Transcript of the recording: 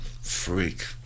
freak